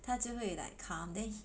他就会 like come then he